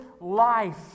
life